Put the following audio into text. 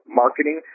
marketing